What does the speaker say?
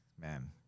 man